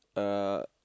uh